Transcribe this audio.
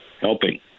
helping